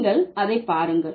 நீங்கள் அதை பாருங்கள்